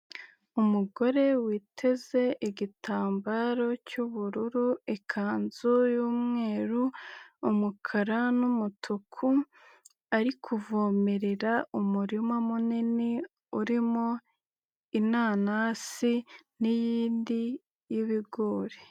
Umugore witeze igitambaro cy'ubururu, ikanzu y'umweru, umukara n'umutuku, ari kuvomerera umurima munini, urimo inanasi, n'iyindi y'ibigori.